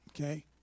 okay